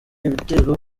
ibitero